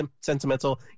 sentimental